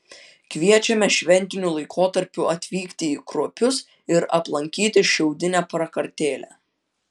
kviečiame šventiniu laikotarpiu atvykti į kruopius ir aplankyti šiaudinę prakartėlę